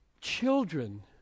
Children